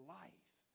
life